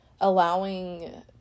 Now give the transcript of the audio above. allowing